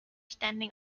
standing